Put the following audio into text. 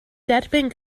derbyn